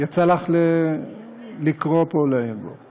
יצא לך לקרוא בו ולעיין בו.